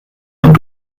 und